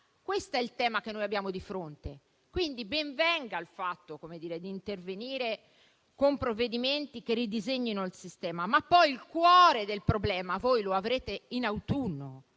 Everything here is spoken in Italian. Questo è il tema che abbiamo di fronte, quindi ben venga il fatto di intervenire con provvedimenti che ridisegnano il sistema, ma poi il cuore del problema lo avrete in autunno